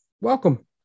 Welcome